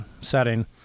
setting